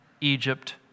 Egypt